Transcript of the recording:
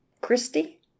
Christy